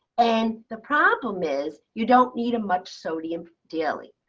and the problem is you don't need much sodium daily.